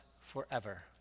forever